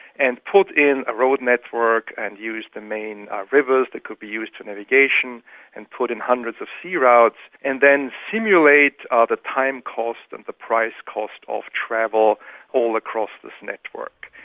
and put in a road network and use the main rivers that could be used for navigation and put in hundreds of sea routes, and then simulate ah the time and cost and the price cost of travel all across this network.